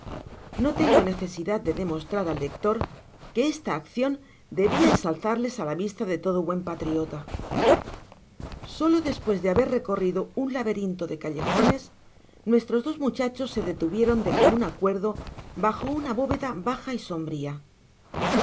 no tengo necesidad'de demostrar al lector que esta accion debia ensalzarles á la vista de todo buen patriota solo despues de haber recorrido un laberinto de callejones nuestros dos muchachos se detuvieron de comun acuerdo bajo una bóveda baja y sombria